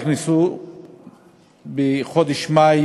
והכניסו אותם בחודש מאי